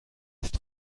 ist